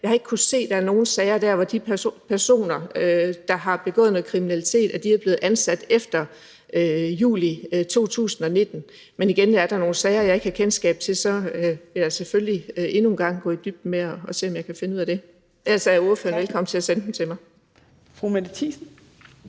jeg ikke kunnet se, at der er nogen sager, hvor de personer, der har begået noget kriminalitet, er blevet ansat efter juli 2019. Men igen: Er der er nogle sager, jeg ikke har kendskab til, så vil jeg selvfølgelig endnu en gang gå i dybden med at se, om jeg kan finde ud af det. Ellers er ordføreren velkommen til at sende dem til mig. Kl. 16:44 Fjerde